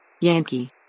Yankee